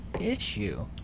issue